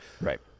Right